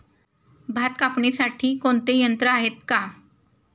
भात कापणीसाठी कोणते यंत्र आहेत का?